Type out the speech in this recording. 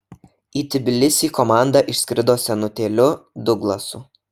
į tbilisį komanda išskrido senutėliu duglasu